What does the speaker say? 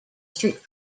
street